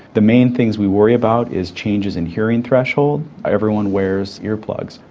the main things we worry about is changes in hearing threshold everyone wears earplugs.